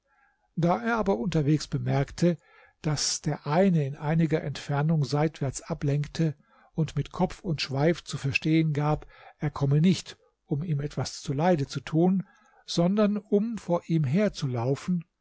da er aber unterwegs bemerkte daß der eine in einiger entfernung seitwärts ablenkte und mit kopf und schweif zu verstehen gab er komme nicht um ihm etwas zuleide zu tun sondern um vor ihm herzulaufen